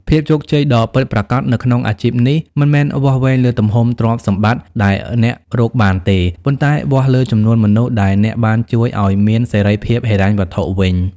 ភាពជោគជ័យដ៏ពិតប្រាកដនៅក្នុងអាជីពនេះមិនមែនវាស់វែងលើទំហំទ្រព្យសម្បត្តិដែលអ្នករកបានទេ ប៉ុន្តែវាស់លើចំនួនមនុស្សដែលអ្នកបានជួយឱ្យមានសេរីភាពហិរញ្ញវត្ថុវិញ។